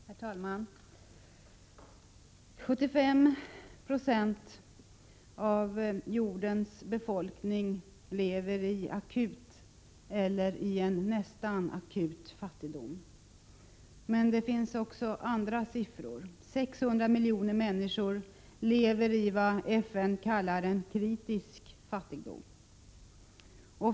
Herr talman! 75 90 av jordens befolkning lever i akut eller nästan akut fattigdom. Det finns också andra siffror som belyser detta. 600 miljoner människor lever i vad FN kallar en kritisk fattigdom.